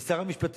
משר המשפטים,